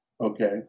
okay